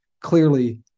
clearly